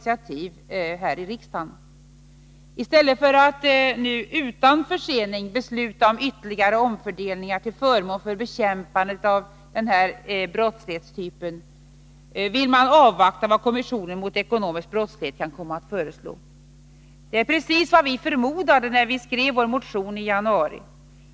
I stället för att nu utan försening besluta om ytterligare omfördelningar till förmån för bekämpandet av denna brottslighetstyp, vill man avvakta vad kommissionen mot ekonomisk brottslighet kan komma att föreslå. Detta är precis vad vi förmodade när vi skrev vår motion i januari.